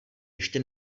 ještě